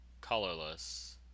Colorless